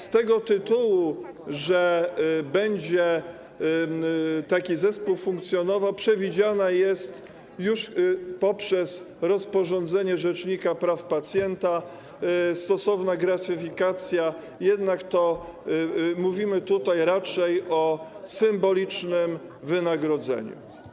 Z tego tytułu, że taki zespół będzie funkcjonował, przewidziana jest już poprzez rozporządzenie rzecznika praw pacjenta stosowna gratyfikacja, jednak mówimy tutaj raczej o symbolicznym wynagrodzeniu.